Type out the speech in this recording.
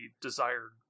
desired